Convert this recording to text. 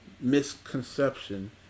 misconception